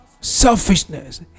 selfishness